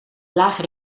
lage